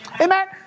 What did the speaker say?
Amen